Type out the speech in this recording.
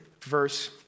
verse